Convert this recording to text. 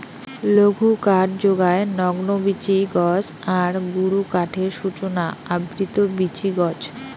লঘুকাঠ যোগায় নগ্নবীচি গছ আর গুরুকাঠের সূচনা আবৃত বীচি গছ